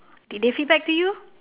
did they feedback to you